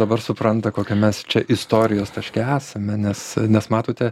dabar supranta kokiam mes čia istorijos taške esame nes nes matote